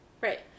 Right